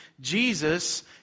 Jesus